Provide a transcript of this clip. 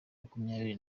makumyabiri